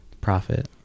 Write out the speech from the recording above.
Profit